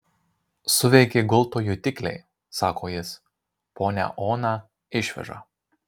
suveikė gulto jutikliai sako jis ponią oną išveža